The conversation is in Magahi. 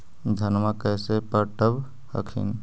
धन्मा कैसे पटब हखिन?